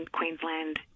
Queensland